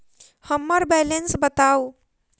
हम्मर बैलेंस बताऊ